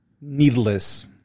needless